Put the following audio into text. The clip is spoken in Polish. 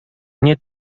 nie